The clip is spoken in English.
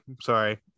sorry